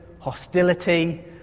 hostility